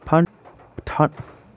Fund transfer আসলে কী?